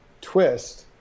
twist